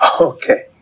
Okay